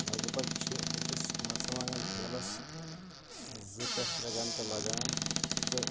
لگ بگ چھِ أکِس مَرژٕوانٛگن ٹھیلَس زٕ پیٚٹھ ترٛےٚ گَنٹہٕ لگان تہٕ